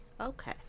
Okay